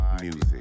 music